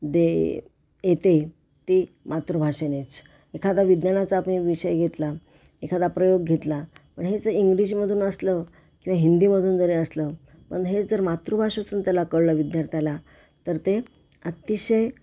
दे येते ती मातृभाषेनेच एखादा विज्ञानाचा आपण एक विषय घेतला एखादा प्रयोग घेतला पण हेच जर इंग्लिशमधून असलं किंवा हिंदीमधून जरी असलं पण हेच जर मातृभाषेतून त्याला कळलं विद्यार्थ्याला तर ते अतिशय